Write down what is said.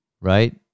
right